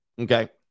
Okay